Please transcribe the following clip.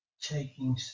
taking